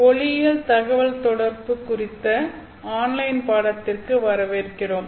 ஒளியியல் தகவல்தொடர்புகள் குறித்த ஆன்லைன் பாடத்திற்கு வரவேற்கிறோம்